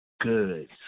good